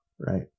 right